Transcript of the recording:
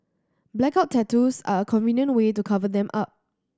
blackout tattoos are a convenient way to cover them up